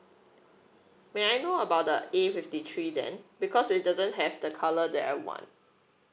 may I know about the A fifty three then because it doesn't have the colour that I want